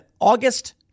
August